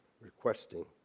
requesting